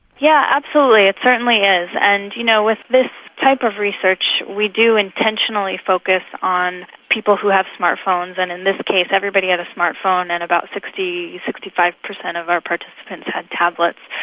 yeah absolutely, it certainly is. and you know with this type of research we do intentionally focus on people who have smart phones, and in this case everybody had a smart phone, and about sixty percent, sixty five percent of our participants had tablets.